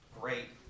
great